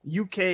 UK